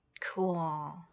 cool